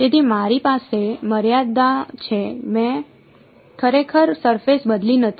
તેથી મારી પાસે મર્યાદા છે મેં ખરેખર સરફેસ બદલી નથી